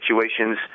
situations